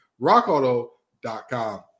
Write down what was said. Rockauto.com